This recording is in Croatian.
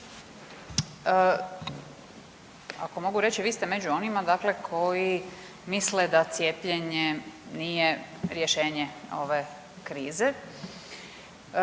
ako mogu reći vi ste među onima dakle koji misle da cijepljenje nije rješenje ove krize